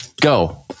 Go